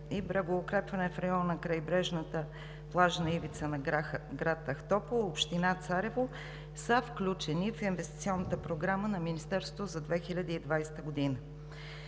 и „Брегоукрепване в района на крайбрежната плажна ивица на град Ахтопол, община Царево“ са включени в инвестиционната програма на Министерството за 2020 г.